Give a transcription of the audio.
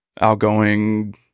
outgoing